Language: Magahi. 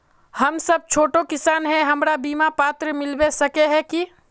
हम सब छोटो किसान है हमरा बिमा पात्र मिलबे सके है की?